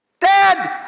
dad